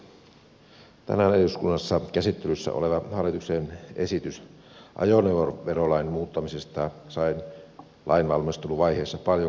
tänään eduskunnassa käsittelyssä oleva hallituksen esitys ajoneuvoverolain muuttamisesta sai lain valmisteluvaiheessa paljon kritiikkiä